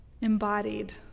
embodied